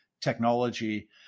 technology